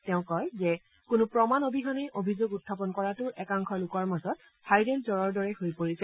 তেওঁ কয় যে কোনো প্ৰমাণ অবিহনে অভিযোগ উত্থাপন কৰাটো একাংশ লোকৰ মাজত ভাইৰেল জুৰৰ দৰেই হৈ পৰিছে